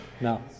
No